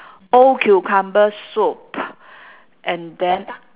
old cucumber soup and then